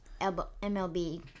MLB